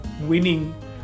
winning